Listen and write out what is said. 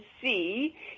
see